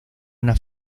una